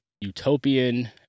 utopian